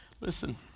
Listen